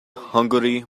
hungary